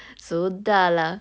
sudah lah